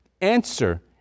answer